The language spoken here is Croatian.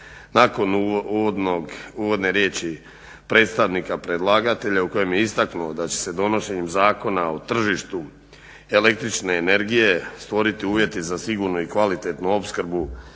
Nakon uvodne riječi predstavnika predlagatelja u kojem je istaknuo da će se donošenjem Zakona o tržištu električne energije stvoriti uvjeti za sigurnu i kvalitetnu opskrbu električnom energijom,